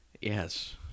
Yes